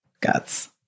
guts